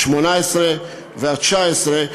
השמונה-עשרה והתשע-עשרה,